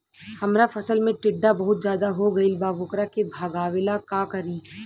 हमरा फसल में टिड्डा बहुत ज्यादा हो गइल बा वोकरा के भागावेला का करी?